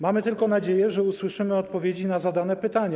Mamy tylko nadzieję, że usłyszymy odpowiedzi na zadane pytania.